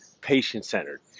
patient-centered